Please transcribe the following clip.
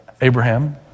Abraham